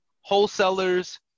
wholesalers